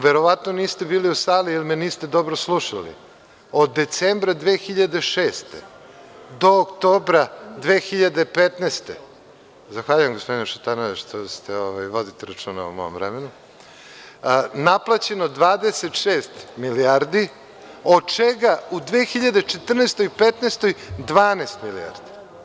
Verovatno niste bili u sali ili me niste dobro slušali, od decembra 2006. do oktobra 2015. godine… zahvaljujem, gospodine Šutanovac, što vodite računa o mom vremenu… naplaćeno 26 milijardi, od čega u 2014. i u 2015. godini 12 milijardi.